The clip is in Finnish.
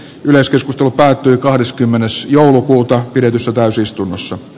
yleiskeskustelu päättyy kahdeskymmenes joulukuuta pidetyssä täysistunnossa